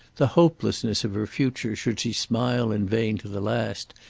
the hopelessness of her future should she smile in vain to the last,